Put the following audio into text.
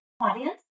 audience